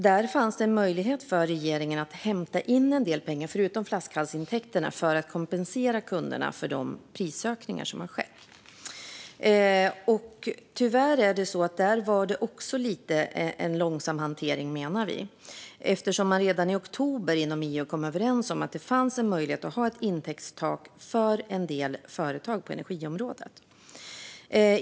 Det fanns en möjlighet för regeringen att hämta in en del pengar, förutom flaskhalsintäkterna, för att kompensera kunderna för de prisökningar som har skett. Tyvärr blev det även där en lite långsam hantering, menar vi, eftersom man inom EU redan i oktober kom överens om att det fanns en möjlighet att ha ett intäktstak för en del företag på energiområdet.